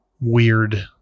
weird